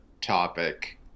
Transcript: topic